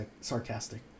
sarcastic